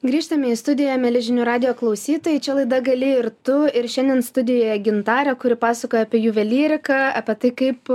grįžtame į studiją mieli žinių radijo klausytojai čia laida gali ir tu ir šiandien studijoje gintarė kuri pasakoja apie juvelyriką apie tai kaip